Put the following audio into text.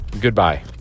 Goodbye